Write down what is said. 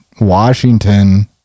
Washington